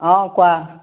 অ কোৱা